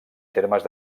termes